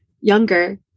younger